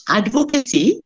advocacy